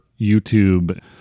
YouTube